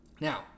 Now